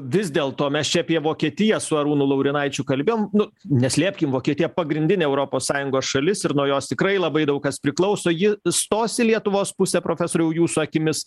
vis dėlto mes čia apie vokietiją su arūnu laurinaičiu kalbėjom nu neslėpkim vokietija pagrindinė europos sąjungos šalis ir nuo jos tikrai labai daug kas priklauso ji stos į lietuvos pusę profesoriau jūsų akimis